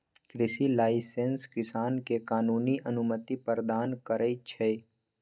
कृषि लाइसेंस किसान के कानूनी अनुमति प्रदान करै छै